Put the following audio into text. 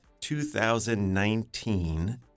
2019